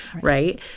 right